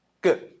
Good